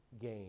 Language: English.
gain